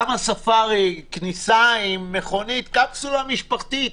גם הספארי, כניסה עם מכונית, קפסולה משפחתית.